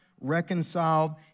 reconciled